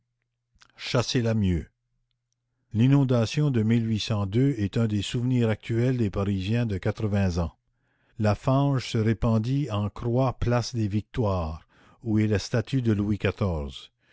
chassez la mieux l'inondation de est un des souvenirs actuels des parisiens de quatre-vingts ans la fange se répandit en croix place des victoires où est la statue de louis